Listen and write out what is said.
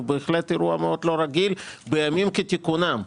הוא בהחלט אירוע מאוד לא רגיל בימים כתיקונם.